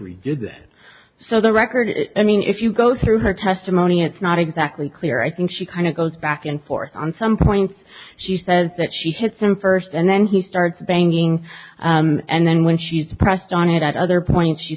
that so the record i mean if you go through her testimony it's not exactly clear i think she kind of goes back and forth on some points she says that she hits him first and then he starts banging and then when she's pressed on it at other points